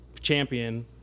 champion